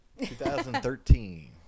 2013